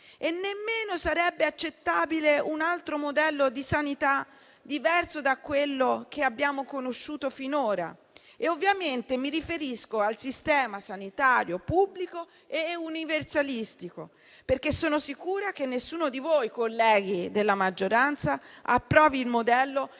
Nemmeno sarebbe accettabile un altro modello di sanità diverso da quello che abbiamo conosciuto finora - ovviamente mi riferisco al servizio sanitario pubblico e universalistico - perché sono sicura che nessuno di voi, colleghi della maggioranza, approvi il modello che chi